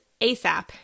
ASAP